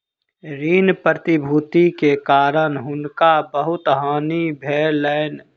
ऋण प्रतिभूति के कारण हुनका बहुत हानि भेलैन